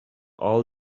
all